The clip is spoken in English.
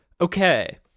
Okay